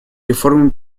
реформой